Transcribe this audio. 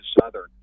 Southern